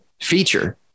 feature